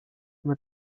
mit